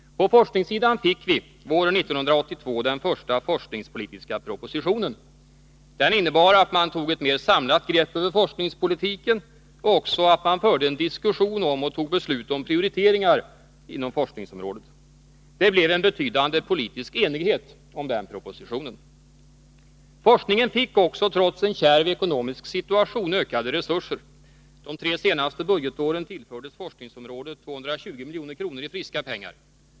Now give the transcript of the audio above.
På forskningssidan fick vi våren 1982 den första forskningspolitiska propositionen. Den innebar att man tog ett mera samlat grepp över forskningspolitiken och också att man förde en diskussion om och tog beslut om prioriteringar inom forskningsområdet. Det blev en betydande politisk enighet om den propositionen. Forskningen fick också trots en kärv ekonomisk situation ökade resurser. De tre senaste budgetåren tillfördes forskningsområdet 220 milj.kr. i friska pengar.